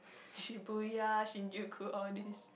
Shibuya Shinjuku all these